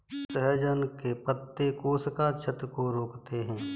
सहजन के पत्ते कोशिका क्षति को रोकते हैं